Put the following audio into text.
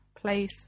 place